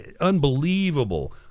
unbelievable